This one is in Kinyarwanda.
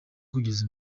kugeza